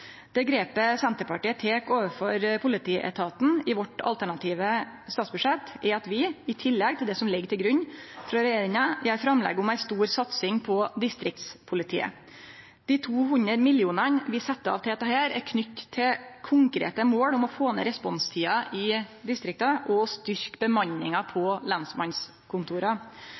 grepet Senterpartiet tek overfor politietaten i sitt alternative statsbudsjett, er at vi – i tillegg til det som ligg til grunn frå regjeringa – gjer framlegg om ei stor satsing på distriktspolitiet. Dei 200 mill. kr vi set av til dette, er knytte til konkrete mål om å få ned responstida i distrikta og å styrkje bemanninga på